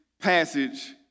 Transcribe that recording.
passage